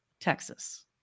Texas